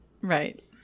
Right